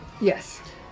Yes